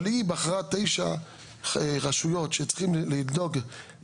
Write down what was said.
אבל היא בחרה תשע רשויות שצריכות לשנות,